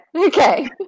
okay